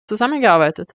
zusammengearbeitet